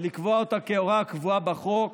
ולקבוע אותה כהוראה קבועה בחוק